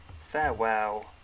farewell